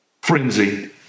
frenzy